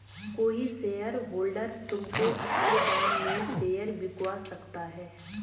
कोई शेयरहोल्डर तुमको अच्छे दाम में शेयर बिकवा सकता है